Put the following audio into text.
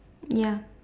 ya